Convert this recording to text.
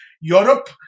Europe